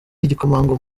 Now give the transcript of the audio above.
igikomangoma